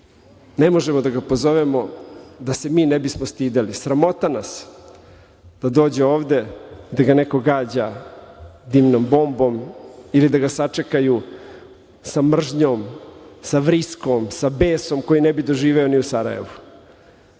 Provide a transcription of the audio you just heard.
ne možemo da ga pozovemo, da se mi ne bismo stideli. Sramota nas je da dođe ovde, da ga neko gađa dimnom bombom ili da ga sačekaju sa mržnjom, sa vriskom, sa besom koji ne bi doživeo ni u Sarajevu.